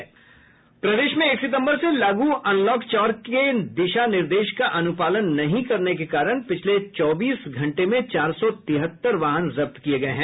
प्रदेश में एक सितंबर से लागू अनलॉक चार के दिशा निर्देश का अनुपालन नहीं करने के कारण पिछले चौबीस घंटे में चार सौ तिहत्तर वाहन जब्त किये गये है